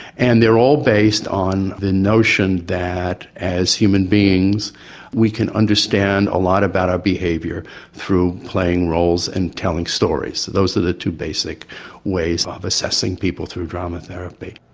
and they are all based on the notion that as human beings we can understand a lot about our behaviour through playing roles and telling stories those are the two basic ways of assessing people through drama therapy.